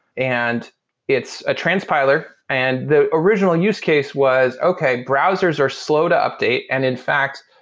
and it's a transpiler. and the original use case was okay, browsers are slow to update. and in fact,